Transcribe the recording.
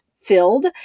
filled